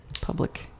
Public